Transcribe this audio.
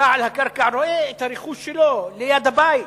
שבעל הקרקע רואה את הרכוש שלו ליד הבית.